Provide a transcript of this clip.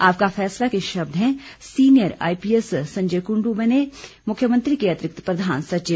आपका फैसला के शब्द हैं सीनियर आईपीएस संजय कुंडू बने मुख्यमंत्री के अतिरिक्त प्रधान सचिव